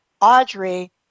Audrey